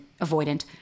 avoidant